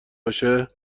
باشه